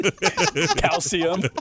Calcium